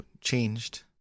changed